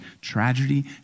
tragedy